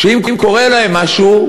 ואם קורה להם משהו,